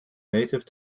native